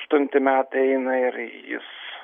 aštunti metai eina ir jis